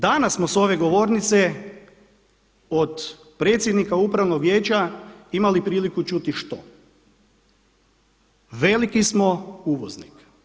Danas smo s ove govornice od predsjednika upravnog vijeća imali priliku čuti što, veliki smo uvoznik.